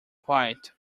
quite